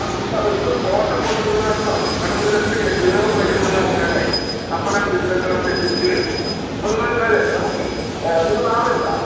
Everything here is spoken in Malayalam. ആ ആ ഇപ്പോൾ കോട്ട പോവുന്നത് നിങ്ങൾക്ക് നഷ്ടമാണ് കാരണം നിങ്ങൾ ജസ്റ്റ് കയറുമ്പഴേക്ക് നിങ്ങൾക്ക് ഇറങ്ങാനായി അപ്പോൾ ഞാൻ തിരിച്ച് വരുമ്പോൾ സെക്യൂരിറ്റി വരും ആ നിങ്ങൾ കാര്യം ആക്ക് നമ്മൾക്ക് നിങ്ങൾ നാളെ ഉണ്ടോ